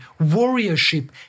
warriorship